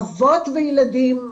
אבות וילדים,